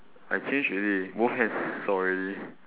I change already both hands sore already